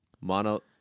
Mono